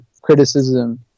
criticism